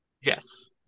Yes